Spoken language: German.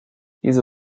diese